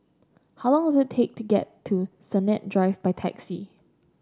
how long is take to get to Sennett Drive by taxi